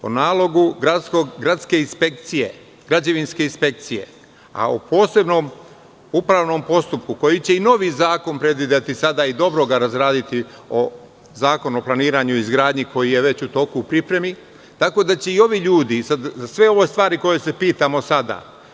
Po nalogu građevinske inspekcije, a u posebnom upravnom postupku, koji će i novi zakon predvideti sada i dobro ga razraditi, Zakon o planiranju i izgradnji, koji je već u pripremi, tako da će i ovi ljudi za sve ove stvari za koje se pitamo sada…